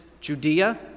Judea